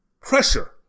pressure